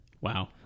Wow